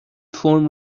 فرم